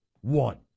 One